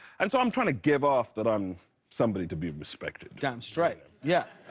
and so i'm trying to give off that i'm somebody to be respected. damn straight, yeah.